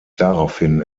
daraufhin